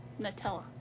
Nutella